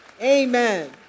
Amen